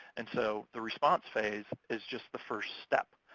and so the response phase is just the first step.